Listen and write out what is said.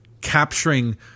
capturing